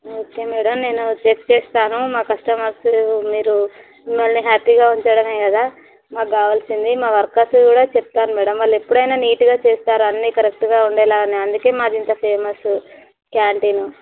okay madam నేను check చేస్తాను మా కస్టమర్స్ మీరు మిమ్మల్ని హ్యాపీగా ఉంచడమే కదా మాకు కావాలసింది మా వర్కర్స్ కూడా చెప్తాను మేడం వాళ్ళు ఎప్పుడైనా నీట్గా చేస్తారు అన్నీ కరెక్ట్గా ఉండేలాగానే అందుకే మాది ఇంత ఫెమస్సు క్యాంటీన్